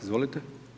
Izvolite.